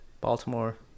Baltimore